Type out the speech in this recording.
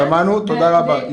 תודה רבה.